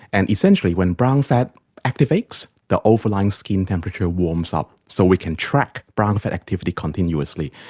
and essentially when brown fat activates, the overlying skin temperature warms up. so we can track brown fat activity continuously.